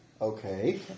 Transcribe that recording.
Okay